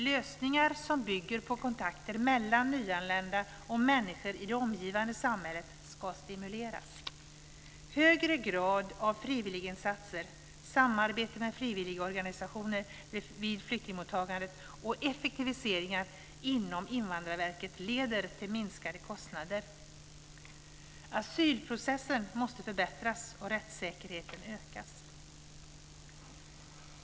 Lösningar som bygger på kontakter mellan nyanlända och människor i det omgivande samhället ska stimuleras. Högre grad av frivilliginsatser, samarbete med frivilligorganisationer vid flyktingmottagandet och effektiviseringar inom Invandrarverket leder till minskade kostnader. Asylprocessen måste förbättras och rättssäkerheten ökas.